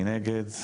מי נגד?